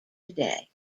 today